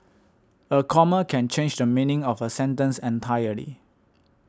a comma can change the meaning of a sentence entirely